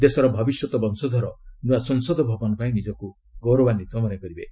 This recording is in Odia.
ଦେଶର ଭବିଷ୍ୟତ ବଂଶଧର ନୂଆ ସଂସଦ ଭବନ ପାଇଁ ନିଜକୁ ଗୌରବାନ୍ଧିତ ମନେକରିବେ